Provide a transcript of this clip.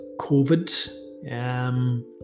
COVID